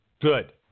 Good